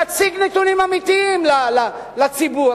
תציג נתונים אמיתיים לציבור.